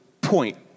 point